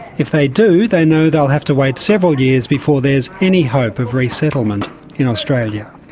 if they do they know they'll have to wait several years before there is any hope of resettlement in australia.